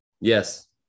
Yes